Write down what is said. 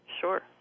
Sure